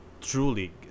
truly